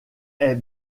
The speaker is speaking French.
est